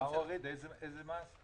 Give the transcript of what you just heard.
איזה מס הוא הוריד?